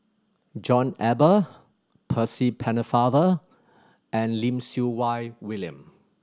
John Eber Percy Pennefather and Lim Siew Wai William